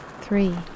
three